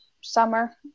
summer